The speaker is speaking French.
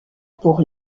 pour